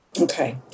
Okay